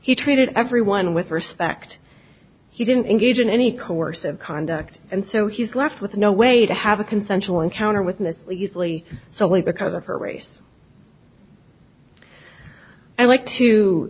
he treated everyone with respect he didn't engage in any coercive conduct and so he's left with no way to have a consensual encounter with miss lethally solely because of her race i'd like to